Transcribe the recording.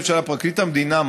אנשי פרקליט המדינה,